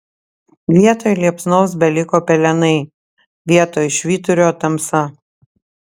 vietoj liepsnos beliko pelenai vietoj švyturio tamsa